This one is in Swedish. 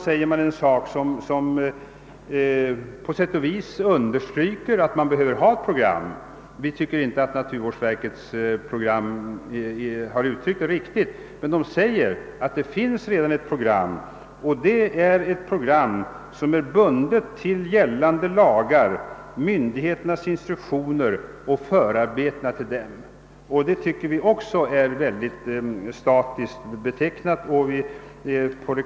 Om man påstår något annat, missförstår man vår avsikt med programmet. "Naturvårdsverket gör ett uttalande som understryker behovet av ett sådant miljövårdsprogram när man hänvisar till det program som redan finns. Detta program är enligt verket bundet till gällande lagar, till myndigheternas instruktioner och till förarbetena för olika bestämmelser. Även detta program är alltför statiskt.